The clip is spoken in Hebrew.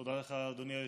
תודה לך, אדוני היושב-ראש.